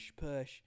push